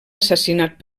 assassinat